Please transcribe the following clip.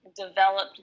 developed